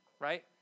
right